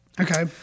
Okay